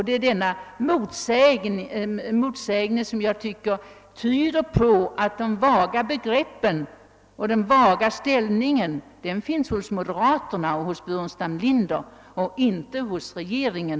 Det är denna motsägelsefullhet som tyder på att de vaga begreppen och det vaga ställningstagandet finns hos moderaterna och herr Burenstam Linder och inte hos regeringen.